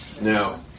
Now